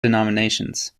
denominations